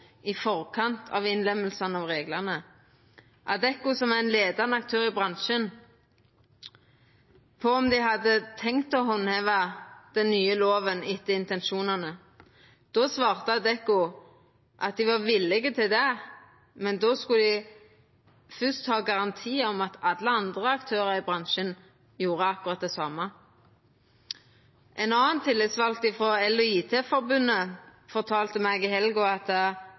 i forkant av innlemminga av reglane – Adecco, som er ein ledande aktør i bransjen – om dei hadde tenkt å handheva den nye loven etter intensjonane. Då svarte Adecco at dei var villige til det, men då skulle dei først ha ein garanti for at alle andre aktørar i bransjen gjorde akkurat det same. Ein annan tillitsvald, frå EL og IT Forbundet, fortalde meg i helga at dei hadde spurt Adecco om